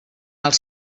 els